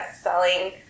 selling